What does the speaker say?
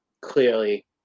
clearly